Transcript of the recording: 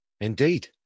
Indeed